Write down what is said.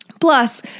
Plus